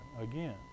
again